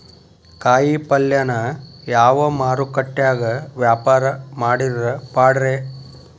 ಕಾಯಿಪಲ್ಯನ ಯಾವ ಮಾರುಕಟ್ಯಾಗ ವ್ಯಾಪಾರ ಮಾಡಿದ್ರ ಪಾಡ್ರೇ?